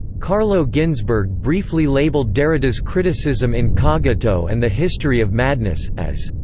carlo ginzburg briefly labeled derrida's criticism in cogito and the history of madness, as